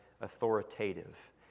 authoritative